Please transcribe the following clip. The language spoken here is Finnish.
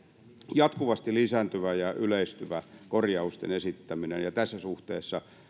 jatkuvasti lisääntyvä ja yleistyvä korjausten esittäminen ja ja tässä suhteessa